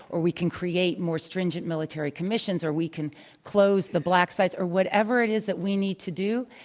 or we cancreate more stringent military commissions, or we can close the black sites or whatever it is that we need to do,